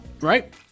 right